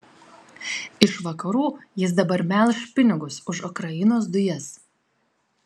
iš vakarų jis dabar melš pinigus už ukrainos dujas